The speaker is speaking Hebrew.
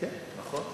כן, נכון.